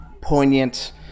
poignant